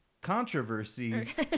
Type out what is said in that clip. Controversies